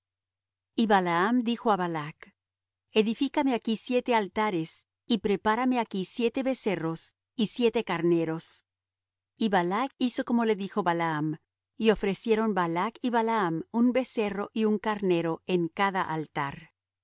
y balaam dijo á balac edifícame aquí siete altares y prepárame aquí siete becerros y siete carneros y balac hizo como le dijo balaam y ofrecieron balac y balaam un becerro y un carnero en cada altar